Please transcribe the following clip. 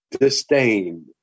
disdain